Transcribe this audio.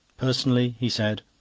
personally, he said,